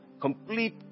complete